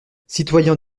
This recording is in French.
citoyens